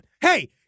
Hey